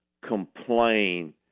complain